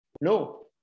No